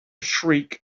shriek